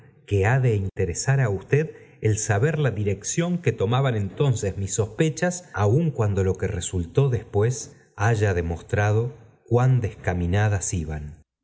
que ha de interesar á usted el saber la dirección que tomaban entonces mis sospechas aun cuando lo que resultó después haya demostrado cuán descaminadas iban